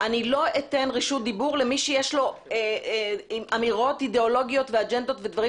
לא אתן רשות דיבור למי שיש לו אמירות אידיאולוגיות ואג'נדות וכו'.